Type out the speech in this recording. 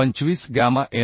25 gamma M